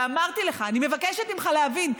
ואמרתי לך: אני מבקשת ממך להבין,